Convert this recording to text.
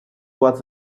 was